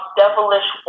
devilish